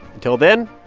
until then,